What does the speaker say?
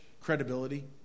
credibility